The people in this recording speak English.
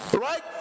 right